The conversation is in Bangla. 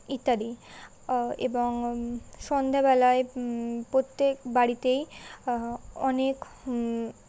ইত্যাদি এবং সন্ধেবেলায় প্রত্যেক বাড়িতেই অনেক